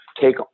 take